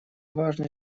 важный